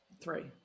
Three